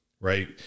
right